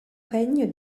règne